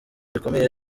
bikomeye